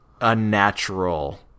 unnatural